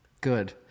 Good